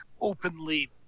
openly